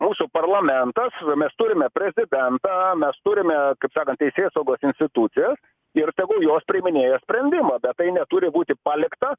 mūsų parlamentas mes turime prezidentą mes turime kaip sakant teisėsaugos institucijas ir tegul jos priiminėja sprendimą bet tai neturi būti palikta